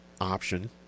option